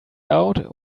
out